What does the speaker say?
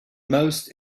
most